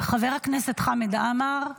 חבר הכנסת חמד עמאר.